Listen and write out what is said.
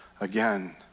again